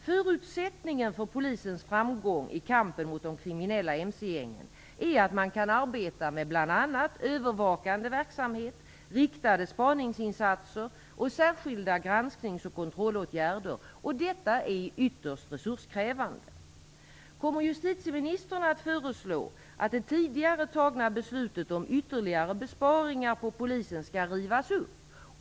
Förutsättningen för Polisens framgång i kampen mot de kriminella mc-gängen är att man kan arbeta med bl.a. övervakande verksamhet, riktade spaningsinsatser och särskilda gransknings och kontrollåtgärder, vilket är ytterst resurskrävande. Kommer justitieministern att föreslå att det tidigare fattade beslutet om ytterligare besparingar på Polisen skall rivas upp?